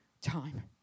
time